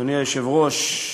אדוני היושב-ראש,